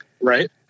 Right